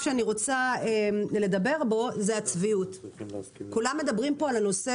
מי שידבר שלא בתורו והוא אורח, יצא מיד מהאולם.